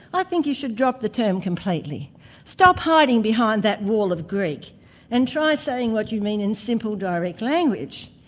i think you should drop the term completely stop hiding behind that wall of greek and try saying what you mean in simple, direct language.